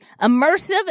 immersive